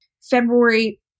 February